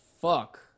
fuck